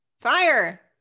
fire